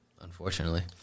Unfortunately